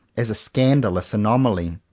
as a scan dalous anomaly,